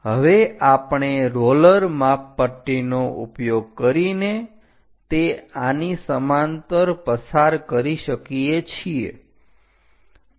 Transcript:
હવે આપણે રોલર માપપટ્ટીનો ઉપયોગ કરીને તે આની સમાંતર પસાર કરી શકીએ છીએ